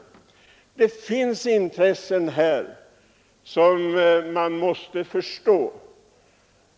Ungdomen har intressen som man måste förstå.